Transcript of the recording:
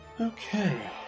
Okay